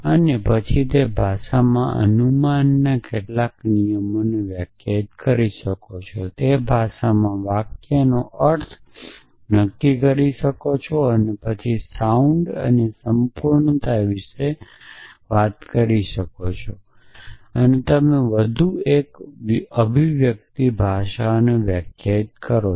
અને પછી તે ભાષામાં અનુમાનના કેટલાક નિયમોને વ્યાખ્યાયિત કરો તે ભાષામાં વાક્યનો અર્થ નક્કી કરો અને પછી સાઉન્ડ અને સંપૂર્ણતા વિશે વાત કરો અને તમે વધુ અને વધુ અભિવ્યક્ત ભાષાઓને વ્યાખ્યાયિત કરો